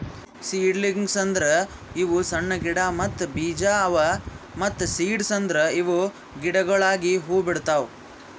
seedlings ಅಂದುರ್ ಇವು ಸಣ್ಣ ಗಿಡ ಮತ್ತ್ ಬೀಜ ಅವಾ ಮತ್ತ ಸೀಡ್ಸ್ ಅಂದುರ್ ಇವು ಗಿಡಗೊಳಾಗಿ ಹೂ ಬಿಡ್ತಾವ್